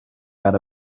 got